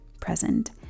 present